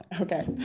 Okay